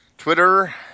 Twitter